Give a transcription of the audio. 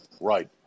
Right